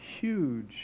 huge